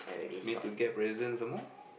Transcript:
need to get present some more